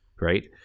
right